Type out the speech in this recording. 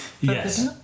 Yes